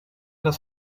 das